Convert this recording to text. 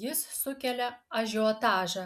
jis sukelia ažiotažą